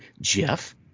Jeff